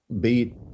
beat